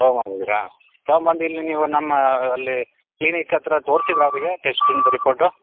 ತಗೊಂಡ್ಬದ್ದಿದ್ದೀರಾ ತಗೊಂಡ್ಬಂದು ಇಲ್ಲಿ ನೀವು ನಮ್ಮ ಅಲ್ಲಿ ಕ್ಲಿನಿಕ್ ಹತ್ರ ತೋರ್ಸಿದ್ರಾ ಅವರಿಗೆ ಟೆಸ್ಟಿಂಗ್ ರಿಪೋರ್ಟು